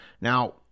Now